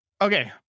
Okay